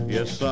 Yes